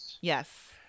Yes